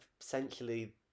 essentially